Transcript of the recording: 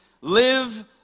Live